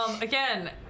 Again